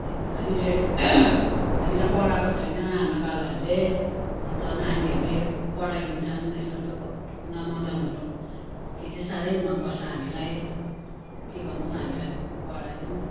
त्यही त हामीले हामीलाई पढाएको छैन आमाबाबाहरूले अन्त नानीहरूले पढाइदिन्छन् यस्तो यस्तो के मुनामदनहरू त्यो चाहिँ साह्रै मनपर्छ हामीलाई के गर्नु हामीलाई पढाएनन्